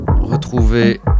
Retrouvez